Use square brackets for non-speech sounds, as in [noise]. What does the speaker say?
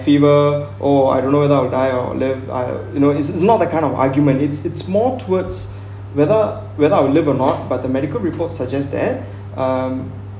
fever oh I do not know I would die or live die or you know it is not that kind of argument it's it's more towards [breath] whether whether I'll live or not but the medical reports suggest that [breath] um